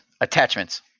attachments